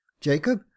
Jacob